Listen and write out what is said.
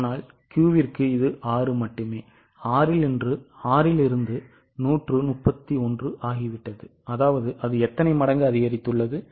ஆனால் Q க்கு இது 6 மட்டுமே 6 இல் 131 ஆகிவிட்டது அது எத்தனை மடங்கு அதிகரித்துள்ளது